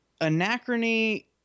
Anachrony